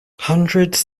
hundreds